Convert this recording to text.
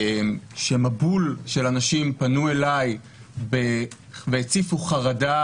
שמבול של אנשים פנו אליי והציפו חרדה